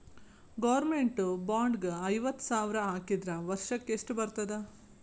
Government bond ಗೆ ಐವತ್ತ ಸಾವ್ರ್ ಹಾಕಿದ್ರ ವರ್ಷಕ್ಕೆಷ್ಟ್ ಬರ್ತದ?